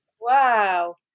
Wow